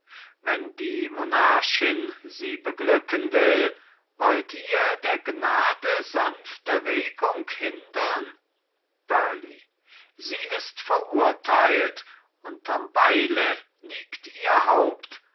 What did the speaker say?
wenn die monarchin sie beglücken will wollt ihr der gnade sanfte regung hindern burleigh sie ist verurteilt unterm beile liegt ihr haupt